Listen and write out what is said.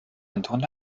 endrunde